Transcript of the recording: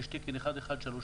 יש תקן 1134,